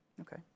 okay